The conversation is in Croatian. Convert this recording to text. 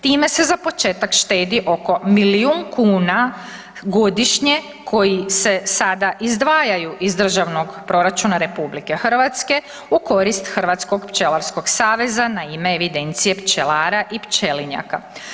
Time se za početak štedi oko milijun kuna godišnje koji se sada izdvajaju iz Državnog proračuna RH u korist Hrvatskog pčelarskog saveza na ime evidencije pčelara i pčelinjaka.